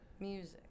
music